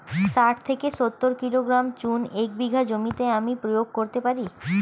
শাঠ থেকে সত্তর কিলোগ্রাম চুন এক বিঘা জমিতে আমি প্রয়োগ করতে পারি?